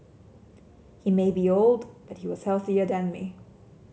he may be old but he was healthier than me